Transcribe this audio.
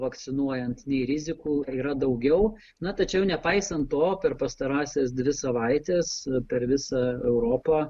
vakcinuojant nei rizikų yra daugiau na tačiau nepaisant to per pastarąsias dvi savaites per visą europą